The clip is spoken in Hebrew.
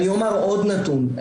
אני אומר עוד נתון,